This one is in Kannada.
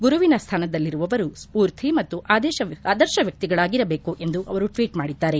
ಗುರುವಿನ ಸ್ಥಾನದಲ್ಲಿರುವವರು ಸ್ಪೂರ್ತಿ ಮತ್ತು ಆದರ್ಶ ವ್ಯಕ್ತಿಗಳಾಗಿರಬೇಕು ಎಂದು ಅವರು ಟ್ವೀಟ್ ಮಾಡಿದ್ದಾರೆ